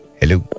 Hello